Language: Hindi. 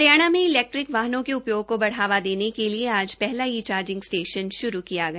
हरियाणा में इलेक्ट्रिक वाहनों के उपयोग को बढ़ावा देने के लिए आज पहला ई चार्जिंग स्टेशन श्रू किया गया